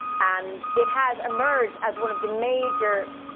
and it has emerged as one of the major,